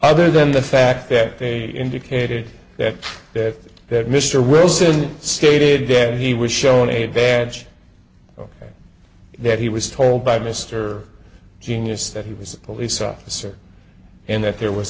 other than the fact that they indicated that that mr wilson stated that he was shown a badge that he was told by mr genius that he was a police officer and that there was